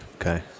Okay